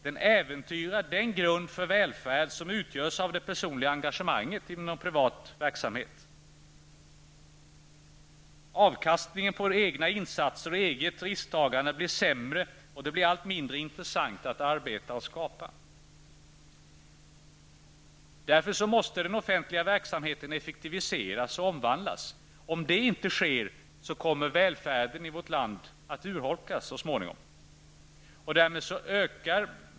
Det äventyrar den grund för välfärd som utgörs av det personliga engagemanget inom privat verksamhet. Avkastningen på egna insatser och eget risktagande blir sämre, och det blir allt mindre intressant att arbeta och skapa. Därför måste den offentliga verksamheten effektiviseras och omvandlas. Om så inte sker, kommer välfärden i vårt land att så småningom urholkas.